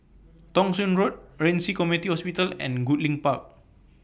Thong Soon Road Ren Ci Community Hospital and Goodlink Park